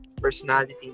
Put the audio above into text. personality